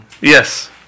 Yes